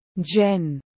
Jen